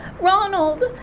Ronald